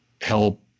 help